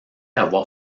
avoir